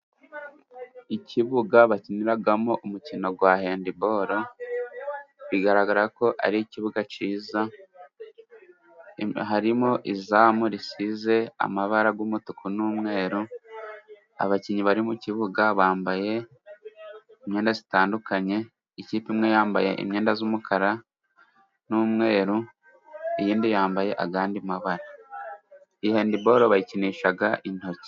Ikibuga bakiniramo umukino wa handiboru, bigaragara ko ari ikibuga cyiza. Harimo izamu risize amabara y'umutuku n'umweru, abakinnyi bari mukibuga bambaye imyenda zitandukanye. Ikipe imwe yambaye imyenda z'umukara n'umweru, iyindi yambaye andi mabara handiboru bayikinisha intoki.